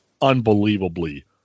unbelievably